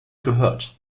gehört